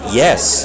Yes